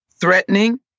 threatening